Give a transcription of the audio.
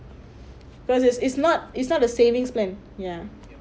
cause it's it's not it's not the savings plan ya